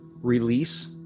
release